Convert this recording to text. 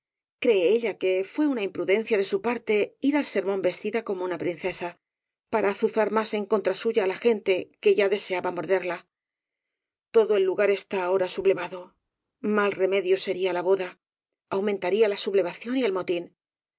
cree ella que fué una impruf dencia de su parte ir al sermón vestida como una princesa para azuzar más en contra suya á la gen te que ya deseaba morderla todo el lugar está ahora sublevado mal remedio sería la boda au mentaría la sublevación y el motín